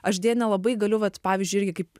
aš deja nelabai galiu vat pavyzdžiui irgi kaip